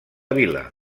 vila